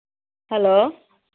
hello